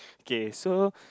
okay so